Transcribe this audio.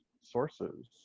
sources